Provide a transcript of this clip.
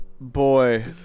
Boy